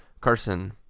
Carson